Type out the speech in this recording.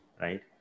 right